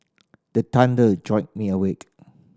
the thunder jolt me awake